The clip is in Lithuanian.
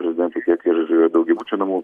prezidentu tiek ir ir daugiabučių namų